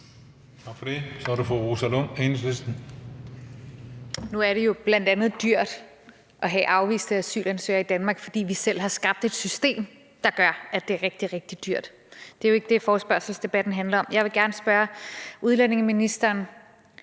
Nu er det jo bl.a. dyrt at have afviste asylansøgere i Danmark, fordi vi selv har skabt et system, der gør, at det er rigtig, rigtig dyrt. Det er jo ikke det, forespørgselsdebatten handler om. Jeg vil gerne spørge udlændingeministeren,